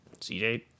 CJ